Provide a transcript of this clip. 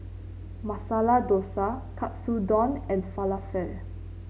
Masala Dosa Katsudon and Falafel